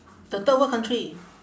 the third world country